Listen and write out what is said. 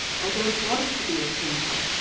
i don't want to be a printer.